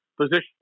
position